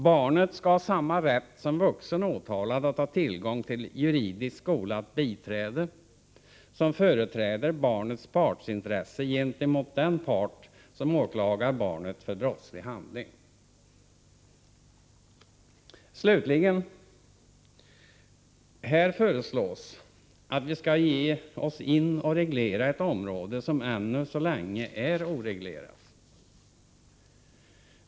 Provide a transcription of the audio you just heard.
Barnet skall ha samma rätt som en vuxen åtalad att ha tillgång till juridiskt skolat biträde som företräder barnets partsintresse gentemot den part som åklagar barnet för brottslig handling. Slutligen: Här föreslås att vi skall ge oss in och reglera på ett område som ännu så länge är oreglerat.